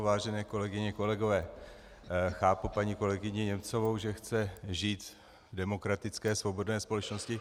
Vážené kolegyně, kolegové, chápu paní kolegyni Němcovou, že chce žít v demokratické svobodné společnosti.